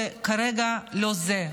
זה כרגע לא זה.